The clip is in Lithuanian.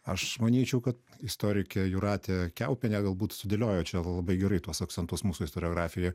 aš manyčiau kad istorikė jūratė kiaupienė galbūt sudėliojo čia labai gerai tuos akcentus mūsų istoriografijoj